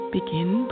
Begin